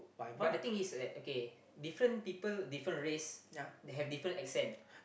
but the thing is that okay different people different race have different accent